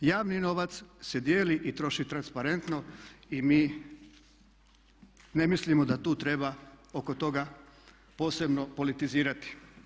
Javni novac se dijeli i troši transparentno i mi ne mislimo da tu treba oko toga posebno politizirati.